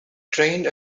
trained